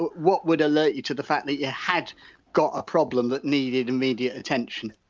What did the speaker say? what would alert you to the fact that you had got a problem that needed immediate attention?